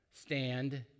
stand